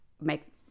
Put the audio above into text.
make